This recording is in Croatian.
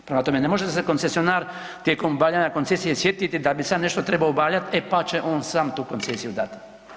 Prema tome, ne može se koncesionar tijekom bavljenja koncesije sjetiti da bi sad trebao nešto obavljati e pa će on sam tu koncesiju dati.